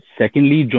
secondly